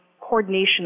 coordination